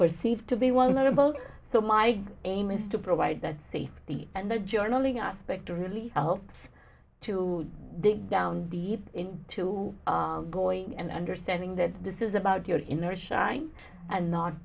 perceived to be one notable so my aim is to provide that safety and the journaling aspect to really helps to dig down deep into going and understanding that this is about your inner shine and not